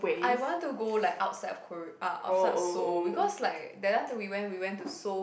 I want to go like outside of Kor~ uh outside Seoul because like the last time we went we went to Seoul